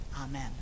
Amen